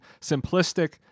simplistic